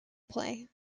play